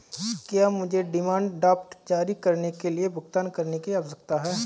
क्या मुझे demand draft जारी करने के लिए भुगतान करने की आवश्यकता है?